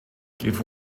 give